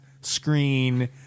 screen